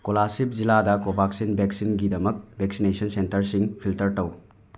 ꯀꯣꯂꯥꯁꯤꯕ ꯖꯤꯂꯥꯗ ꯀꯣꯚꯦꯛꯁꯤꯟ ꯚꯦꯛꯁꯤꯟꯒꯤꯗꯃꯛ ꯚꯦꯛꯁꯤꯅꯦꯁꯟ ꯁꯦꯟꯇꯔꯁꯤꯡ ꯐꯤꯜꯇꯔ ꯇꯧ